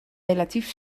relatief